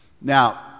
Now